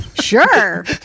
Sure